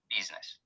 Business